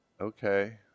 okay